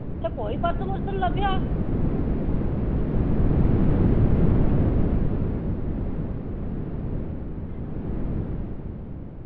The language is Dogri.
इत्थें कोई पर्स निं लब्भेआ